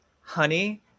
honey